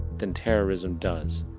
than terrorism does.